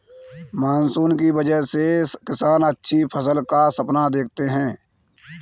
monsoon की वजह से किसान अच्छी फसल का सपना देखते हैं